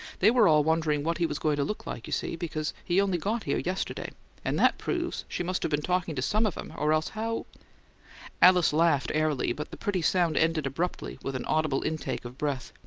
they were all wondering what he was going to look like, you see because he only got here yesterday and that proves she must have been talking to some of em, or else how alice laughed airily, but the pretty sound ended abruptly with an audible intake of breath.